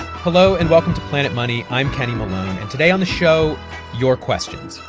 hello and welcome to planet money. i'm kenny malone. and today on the show your questions,